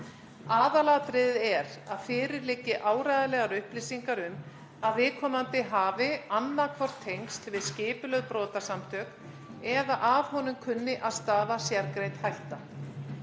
Aðalatriðið er að fyrir liggi áreiðanlegar upplýsingar um að viðkomandi hafi annað hvort tengsl við skipulögð brotasamtök eða af honum kunni að stafa sérgreind hætta.